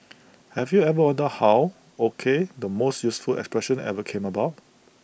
have you ever wondered how O K the most useful expression ever came about